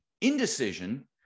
Indecision